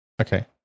okay